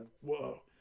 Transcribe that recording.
whoa